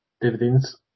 Dividends